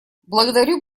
благодарю